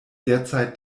derzeit